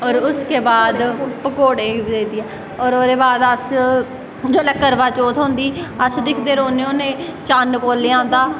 और उसके बाद पकौड़े और ओह्दे बाद अस जिसलै बरवाचौथ होंदी अस दिखदे रौंह्दे होन्ने चन्न कुसलै आंदा